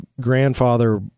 grandfather